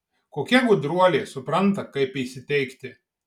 kokia gudruolė supranta kaip įsiteikti